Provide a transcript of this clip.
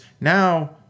now